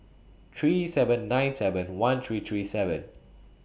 three seven nine seven one three three seven